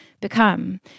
become